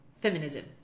feminism